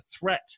threat